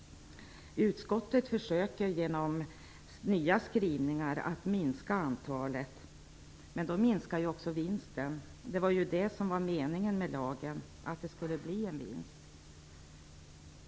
Utskottet försöker genom nya skrivningar att minska antalet. Då minskar också vinsten. Meningen med lagen var att det skulle bli en vinst.